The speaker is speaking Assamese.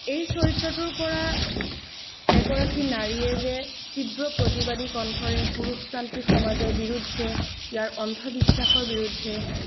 এই চৰিত্ৰটোৰ পৰা এগৰাকী নাৰীয়ে যে তীব্ৰ প্ৰতিবাদী কণ্ঠৰে পুৰুষতান্ত্ৰিক সমাজৰ বিৰুদ্ধে ইয়াৰ অন্ধবিশ্বাসৰ বিৰুদ্ধে